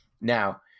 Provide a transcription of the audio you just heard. Now